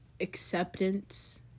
acceptance